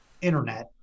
internet